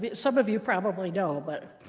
but some of you probably know but,